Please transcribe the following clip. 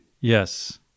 Yes